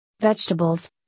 vegetables